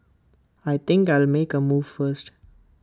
I think I'll make A move first